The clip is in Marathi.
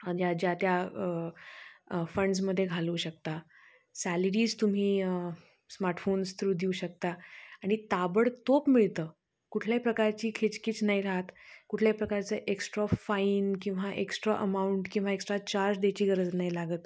ज्या त्या फंड्समध्ये घालवू शकता सॅलरीज तुम्ही स्मार्टफोन्स थ्रू देऊ शकता आणि ताबडतोब मिळतं कुठल्याही प्रकारची खिचखिच नाही राहत कुठल्याही प्रकारचं एक्स्ट्रा फाईन किंवा एक्स्ट्रा अमाऊंट किंवा एक्स्ट्रा चार्ज द्यायची गरज नाही लागत